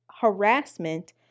harassment